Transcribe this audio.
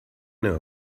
know